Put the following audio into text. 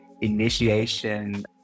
initiation